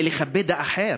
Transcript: זה לכבד האחר,